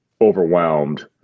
overwhelmed